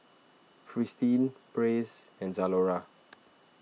Fristine Praise and Zalora